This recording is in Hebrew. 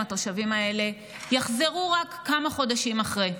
התושבים האלה יחזרו רק כמה חודשים אחרי: